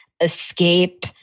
escape